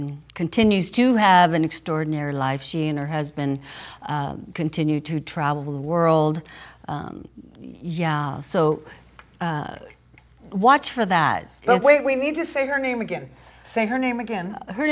and continues to have an extraordinary life she and her husband continue to travel the world yeah so what's for that but we need to say her name again say her name again her